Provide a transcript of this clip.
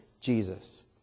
Jesus